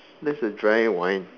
that's a dry wine